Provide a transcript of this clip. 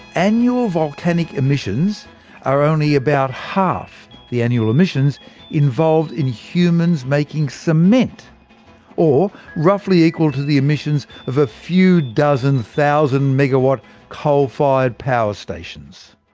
annual volcanic emissions are only about half the annual emissions involved in humans making cement or roughly equal to the emissions of a few dozen thousand-megawatt coal-fired power stations.